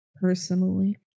personally